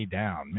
down